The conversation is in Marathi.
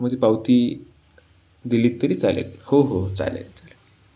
मग ती पावती दिलीत तरी चालेल हो हो हो चालेल चालेल